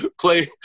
play